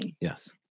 Yes